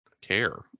care